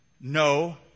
no